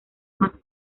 más